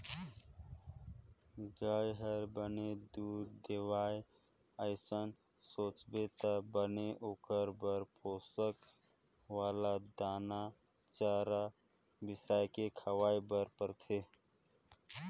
गाय ह बने दूद देवय अइसन सोचबे त बने ओखर बर पोसक वाला दाना, चारा बिसाके खवाए बर परथे